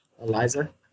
Eliza